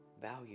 value